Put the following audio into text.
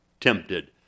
tempted